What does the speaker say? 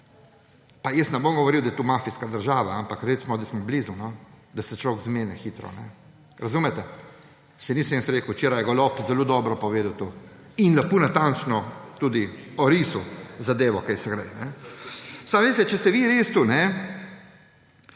Pa jaz ne bom govoril, da je to mafijska država, ampak recimo, da smo blizu, da se človek zmeni hitro. Razumete. Saj nisem jaz rekel, včeraj je Golob zelo dobro povedal to in lepo, natančno tudi orisal zadevo, kaj se gre. Samo če ste vi res to.